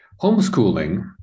Homeschooling